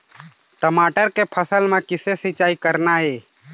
टमाटर के फसल म किसे सिचाई करना ये?